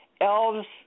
elves